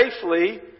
safely